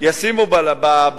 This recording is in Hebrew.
ישימו בלוקר,